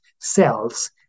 cells